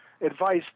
advice